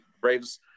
Braves